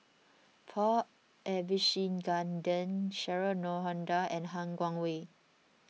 Paul Abisheganaden Cheryl Noronha and Han Guangwei